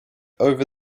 over